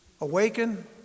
awaken